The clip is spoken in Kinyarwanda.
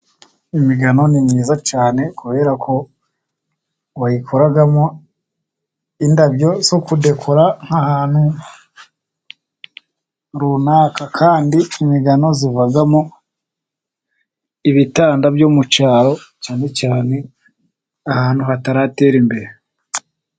Imigano ni myiza cyane kuberako bayikoramo indabo zo kudekora nk'ahantu runaka, kandi imigano ivamo ibitanda byo mu cyaro cyane cyane ahantu hataratera imbere.